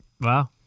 Wow